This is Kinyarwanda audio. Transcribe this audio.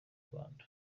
rwanda